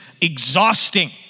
exhausting